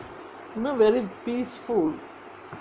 you know very peaceful